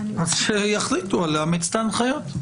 אז שיחליטו לאמץ את ההנחיות.